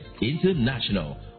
international